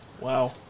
Wow